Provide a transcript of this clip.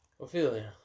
Ophelia